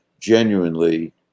genuinely